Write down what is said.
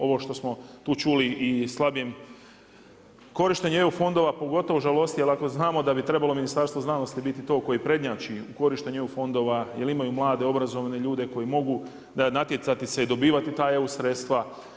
Ovo što smo tu čuli i slabije korištenje EU fondova pogotovo žalosti, jer ako znamo da bi trebalo Ministarstvo znanosti koje prednjači u korištenju EU fondova, jer imaju mlade, obrazovne ljude koji mogu, natjecati se i dobivati ta EU sredstava.